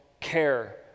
care